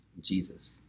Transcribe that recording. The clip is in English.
Jesus